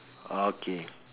okay